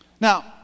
now